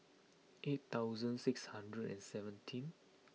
eight thousand six hundred and seventeen